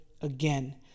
again